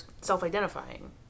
self-identifying